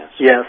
Yes